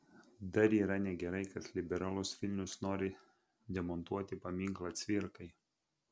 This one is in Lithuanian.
dar yra negerai kad liberalus vilnius nori demontuoti paminklą cvirkai